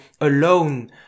alone